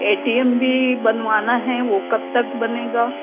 ए T M भी बनवाना है वो कब तक बनेगा